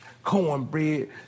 cornbread